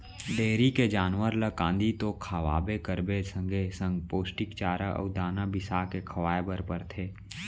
dairy के जानवर ल कांदी तो खवाबे करबे संगे संग पोस्टिक चारा अउ दाना बिसाके खवाए बर परथे